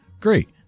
Great